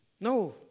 No